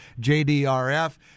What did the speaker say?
JDRF